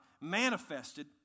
manifested